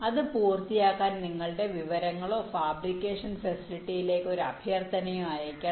അത് പൂർത്തിയാക്കാൻ നിങ്ങളുടെ വിവരങ്ങളോ ഫാബ്രിക്കേഷൻ ഫെസിലിറ്റിയിലേക്ക് ഒരു അഭ്യർത്ഥനയോ അയയ്ക്കണം